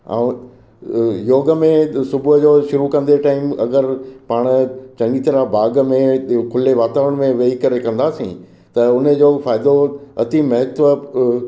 ऐं योग में सुबुह जो शुरू कंदे टाइम अगरि पाण चङी तरह बाग में खुले वातावरण में वेही करे कंदासीं त उनजो फ़ाइदो अति महत्व